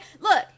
look